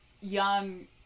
young